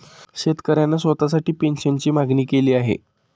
शेतकऱ्याने स्वतःसाठी पेन्शनची मागणी केली आहे